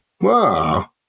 Wow